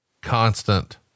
constant